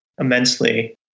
immensely